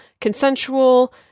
consensual